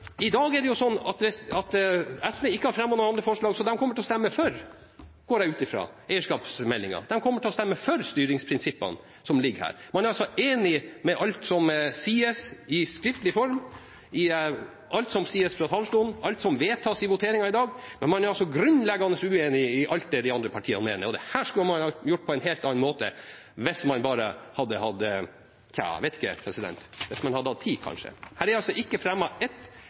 jo ikke fremmet noen andre forslag i dag, så jeg går ut fra at de kommer til å stemme for eierskapsmeldingen, de kommer til å stemme for styringsprinsippene som ligger her. Man er altså enig i alt som står i skriftlig form, i alt som sies fra talerstolen, og i alt som vedtas i voteringen i dag, men man er altså grunnleggende uenig i alt det de andre partiene mener – dette skulle man gjort på en helt annen måte, hvis man bare hadde hatt tid! Her er det altså ikke fremmet ett eneste forslag fra SV der man